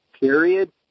period